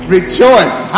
Rejoice